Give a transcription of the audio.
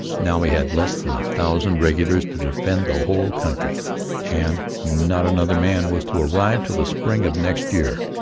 now he had less than a thousand regulars to defend the whole country and not another man was to arrive till the spring of next year.